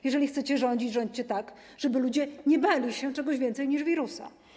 Jeżeli chcecie rządzić, rządźcie tak, żeby ludzie nie bali się czegoś więcej niż wirusa.